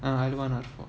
ah L one R four